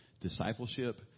discipleship